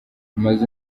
amaze